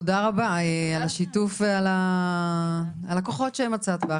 תודה רבה על השיתוף ועל הכוחות שמצאת בך,